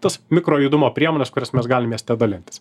tas mikro judumo priemones kurias mes galim mieste dalintis